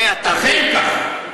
אכן כך.